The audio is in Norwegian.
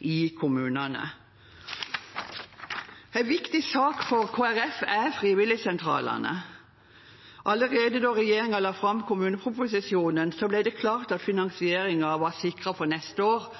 i kommunene. En viktig sak for Kristelig Folkeparti er frivilligsentralene. Allerede da regjeringen la fram kommuneproposisjonen, ble det klart at finansieringen var sikret for neste år,